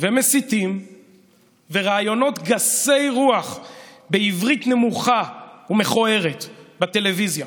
ומסיתים ורעיונות גסי רוח בעברית נמוכה ומכוערת בטלוויזיה